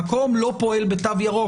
המקום לא פועל בתו ירוק,